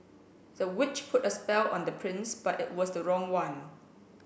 the witch put a spell on the prince but it was the wrong one